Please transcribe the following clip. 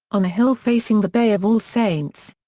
on a hill facing the bay of all saints.